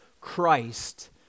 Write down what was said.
Christ